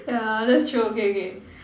yeah that's true okay okay